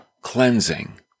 cleansing